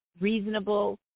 reasonable